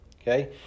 okay